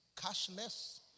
cashless